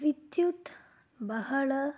ವಿದ್ಯುತ್ ಬಹಳ